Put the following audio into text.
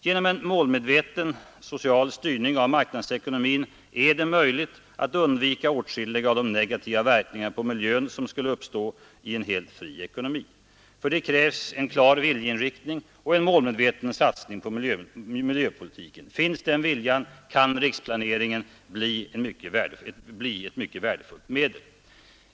Genom en målmedveten social styrning av marknadsekonomin är det möjligt att undvika åtskilliga av de negativa verkningar på miljön som skulle uppstå i en helt fri ekonomi. För detta krävs en klar viljeinriktning och en målmedveten satsning på miljöpolitiken. Finns den viljan kan riksplaneringen bli ett mycket värdefullt medel.